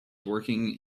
working